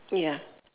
ya